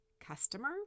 customer